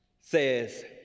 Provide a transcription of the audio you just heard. says